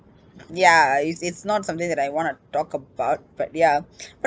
ya it's it's not something that I wanna talk about but ya but